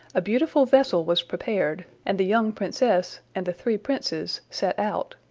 a beautiful vessel was prepared, and the young princess and the three princes set out.